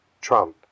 Trump